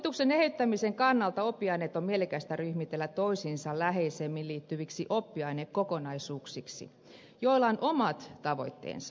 opetuksen eheyttämisen kannalta oppiaineet on mielekästä ryhmitellä toisiinsa läheisemmin liittyviksi oppiainekokonaisuuksiksi joilla on omat tavoitteensa